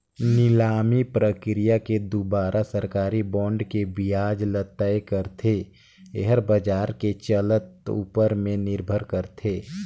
निलामी प्रकिया के दुवारा सरकारी बांड के बियाज ल तय करथे, येहर बाजार के चलत ऊपर में निरभर करथे